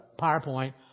PowerPoint